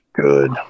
Good